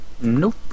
Nope